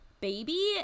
baby